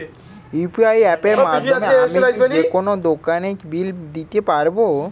UPI অ্যাপের মাধ্যমে আমি কি যেকোনো দোকানের বিল দিতে পারবো?